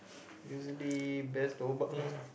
usually best lobang